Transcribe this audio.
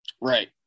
Right